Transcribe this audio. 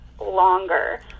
longer